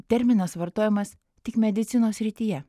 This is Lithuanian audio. terminas vartojamas tik medicinos srityje